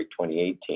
2018